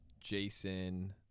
Jason